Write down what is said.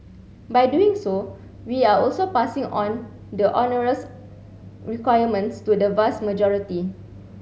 by doing so we are also passing on the onerous requirements to the vast majority